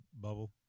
bubble